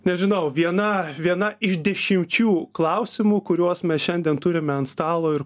nežinau viena viena iš dešimčių klausimų kuriuos mes šiandien turime ant stalo ir